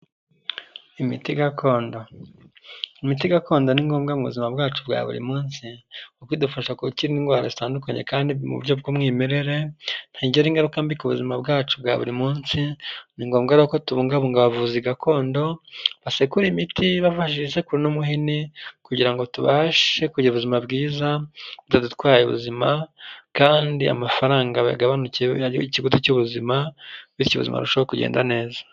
Imiti gakondo, imiti gakondo ni ngombwa mu buzima bwacu bwa buri munsi kuko idufasha gukira indwara zitandukanye kandi mu buryo bw'umwimerere, ntigira ingaruka mbi ku buzima bwacu bwa buri munsi, ni ngombwa ko tubungabunga abavuzi gakondo basekura imiti bifashishije isekuru n'umuhini kugira ngo tubashe kugira ubuzima bwiza bitadutwaye ubuzima kandi amafaranga agabanuke mu giciro cy'ubuzima bityo ubuzima burushaho kugenda neza.